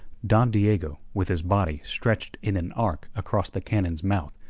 don diego, with his body stretched in an arc across the cannon's mouth,